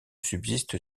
subsiste